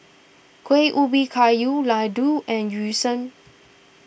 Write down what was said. Kueh Ubi Kayu Laddu and Yu Sheng